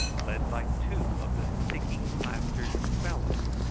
led by two of the sticking-plastered fellows,